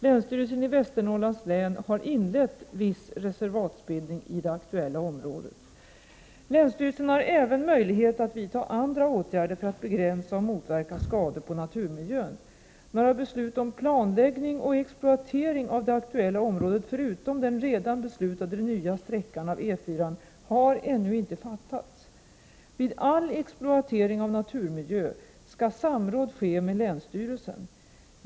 Länsstyrelsen i Västernorrlands län har inlett viss reservatsbildning i det aktuella området. Länsstyrelsen har även möjlighet att vidta andra åtgärder för att begränsa och motverka skador på naturmiljön. Några beslut om planläggning och exploatering av det aktuella området förutom den redan beslutade nya sträckningen av E 4-an har ännu inte fattats. Vid all exploatering av naturmiljö skall samråd ske med länsstyrelsen.